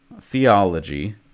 theology